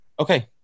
Okay